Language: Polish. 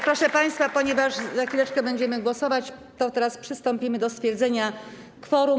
Proszę państwa, ponieważ za chwileczkę będziemy głosować, to teraz przystąpimy do stwierdzenia kworum.